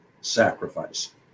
sacrifice